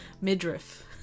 Midriff